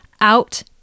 out